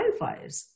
wildfires